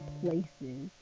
places